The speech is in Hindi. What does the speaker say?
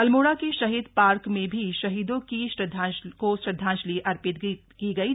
अल्मोड़ा के के शहीद पार्क में भी शहीदों की श्रद्धांजलि अर्पित की गयी